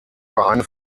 vereine